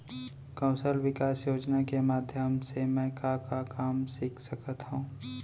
कौशल विकास योजना के माधयम से मैं का का काम सीख सकत हव?